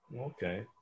Okay